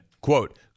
quote